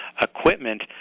equipment